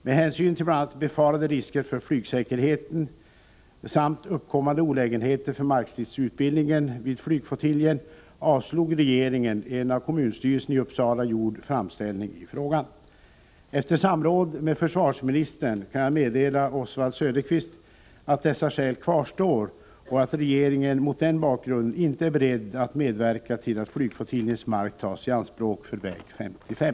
Med hänsyn till bl.a. befarade risker för flygsäkerheten samt uppkommande olägenheter för markstridsutbildningen vid flygflottiljen avslog regeringen en av kommunstyrelsen i Uppsala gjord framställning i frågan. Efter samråd med försvarsministern kan jag meddela Oswald Söderqvist att dessa skäl kvarstår och att regeringen mot den bakgrunden inte är beredd att medverka till att flygflottiljens mark tas i anspråk för väg 55.